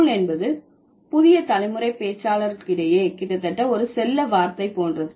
cool என்பது புதிய தலைமுறை பேச்சாளர்களிடையே கிட்டத்தட்ட ஒரு செல்ல வார்த்தை போன்றது